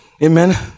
Amen